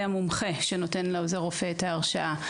המומחה שנותן לעוזר הרופא את ההרשאה.